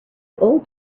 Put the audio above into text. old